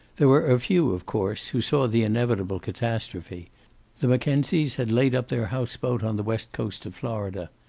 there were a few, of course, who saw the inevitable catastrophe the mackenzies had laid up their house-boat on the west coast of florida.